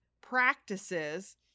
practices